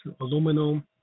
aluminum